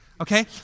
okay